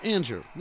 Andrew